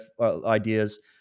ideas